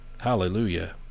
Hallelujah